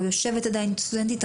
או יושבת עדיין סטודנטית,